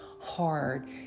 hard